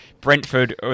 Brentford